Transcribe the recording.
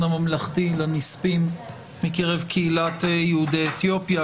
הממלכתי לנספים מקרב קהילת יהודי אתיופיה,